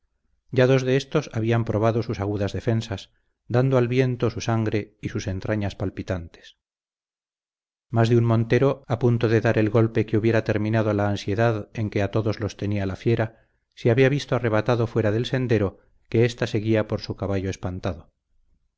ya dos de éstos habían probado sus agudas defensas dando al viento su sangre y sus entrañas palpitantes más de un montero a punto de dar el golpe que hubiera terminado la ansiedad en que a todos los tenía la fiera se había visto arrebatado fuera del sendero que ésta seguía por su caballo espantado